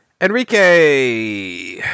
Enrique